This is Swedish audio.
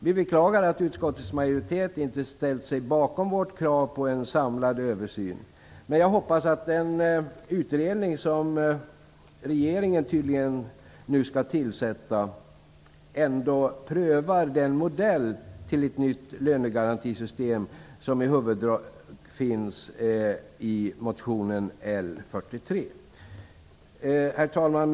Vi beklagar att utskottets majoritet inte ställt sig bakom vårt krav på en samlad översyn, men jag hoppas att den utredning som regeringen tydligen nu skall tillsätta ändå prövar den modell till ett nytt lönegarantisystem som i huvuddrag redovisas i motion L43. Herr talman!